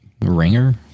ringer